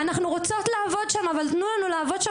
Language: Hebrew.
אנחנו רוצות לעבוד שם אבל תנו לנו לעבוד שם